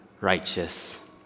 righteous